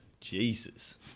Jesus